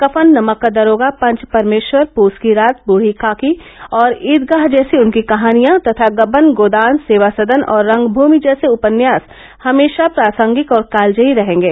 कफन नमक का दरोगा पंच परमेश्वर पूस की रात बूढ़ी काकी और ईदगाह जैसी उनकी कहानियां तथा गबन गोदान सेवा सदन और रंगभूमि जैसे उपन्यास हमेशा प्रासंगिक और कालजयी रहेंगे